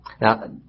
Now